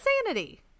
insanity